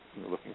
looking